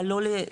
אבל לא לרתוקים.